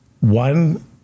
one